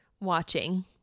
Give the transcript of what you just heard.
watching